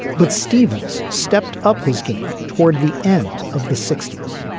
but stevens stepped up his game. toward the end of the sixty s,